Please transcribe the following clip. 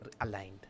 aligned